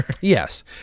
Yes